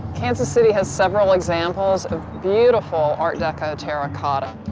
kansas city has several examples of beautiful art deco terra cotta.